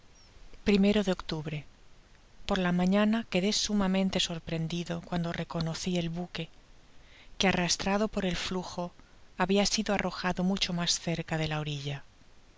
o de octubre por la mañana quedó sumamente sorprendido cuando reconocí el buque que arrastrado por el finjo habia sido arrojado mucho mas cerca de la orilla